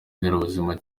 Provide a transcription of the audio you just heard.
nderabuzima